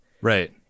right